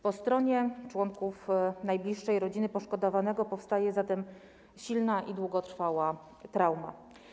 Po stronie członków najbliższej rodziny poszkodowanego powstaje zatem silna i długotrwała trauma.